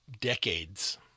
decades